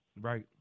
Right